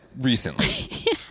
recently